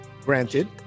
Granted